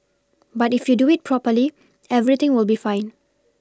but if you do it properly everything will be fine